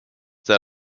that